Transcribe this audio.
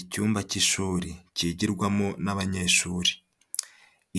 Icyumba cy'ishuri kigirwamo n'abanyeshuri.